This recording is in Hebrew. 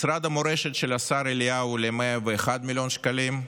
משרד המורשת של השר אליהו, ל-101 מיליון שקלים,